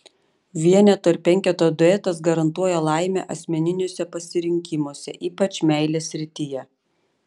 vieneto ir penketo duetas garantuoja laimę asmeniniuose pasirinkimuose ypač meilės srityje